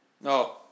No